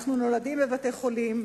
אנחנו נולדים בבתי-חולים,